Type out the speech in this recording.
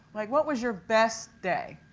like what was your best day?